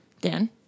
Dan